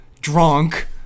Drunk